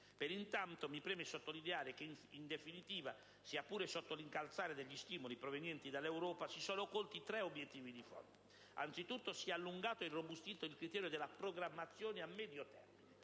Per intanto, mi preme sottolineare che in definitiva, sia pure sotto l'incalzare degli stimoli provenienti dall'Europa, si sono colti tre obiettivi di fondo. Anzitutto, si è allungato e irrobustito il criterio della programmazione a medio termine;